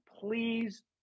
Please